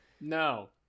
No